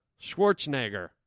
Schwarzenegger